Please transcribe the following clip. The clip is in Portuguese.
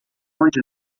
onde